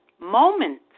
moment